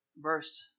verse